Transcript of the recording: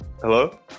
hello